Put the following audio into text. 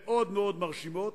חבר הכנסת פינס,